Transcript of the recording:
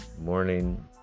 morning